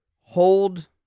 hold